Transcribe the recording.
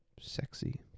Sexy